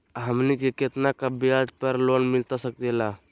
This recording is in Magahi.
हमनी के कितना का ब्याज पर लोन मिलता सकेला?